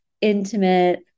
intimate